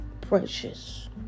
precious